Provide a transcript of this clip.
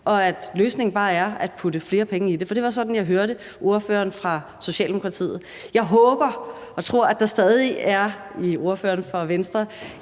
og at løsningen bare er at putte flere penge i det, for det var sådan, jeg hørte ordføreren fra Socialdemokratiet. Jeg håber og tror, at der stadig i ordføreren fra Venstre